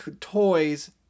toys